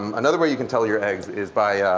um another way you can tell your eggs is by